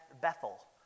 Bethel